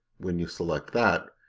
when you select that,